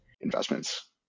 investments